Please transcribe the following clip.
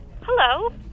Hello